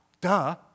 Duh